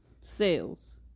sales